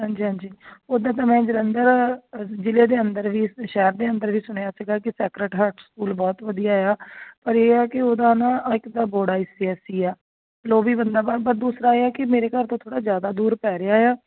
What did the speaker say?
ਹਾਂਜੀ ਹਾਂਜੀ ਉਦਾਂ ਤਾਂ ਮੈਂ ਜਲੰਧਰ ਜ਼ਿਲ੍ਹੇ ਦੇ ਅੰਦਰ ਵੀ ਸ਼ਹਿਰ ਦੇ ਅੰਦਰ ਵੀ ਸੁਣਿਆ ਸੀਗਾ ਕਿ ਸੈਕਰਟ ਹਰਟਸ ਸਕੂਲ ਬਹੁਤ ਵਧੀਆ ਆ ਪਰ ਇਹ ਹੈ ਕਿ ਉਹਦਾ ਨਾ ਇੱਕ ਤਾਂ board I C S E ਆ ਚਲ ਉਹ ਵੀ ਬੰਦਾ ਦੂਸਰਾ ਇਹ ਹੈ ਕਿ ਮੇਰੇ ਘਰ ਤੋਂ ਥੋੜ੍ਹਾ ਜ਼ਿਆਦਾ ਦੂਰ ਪੈ ਰਿਹਾ ਹੈ